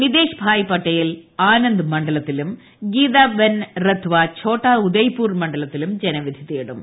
മിതേഷ്ഭായ് പട്ടേൽ ആനന്ദ് മണ്ഡലത്തിലും ഗീതാബെൻ റത്വഛോട്ടാ ഉദയ്പൂർ മണ്ഡലത്തിലും ജനവിധി തേടും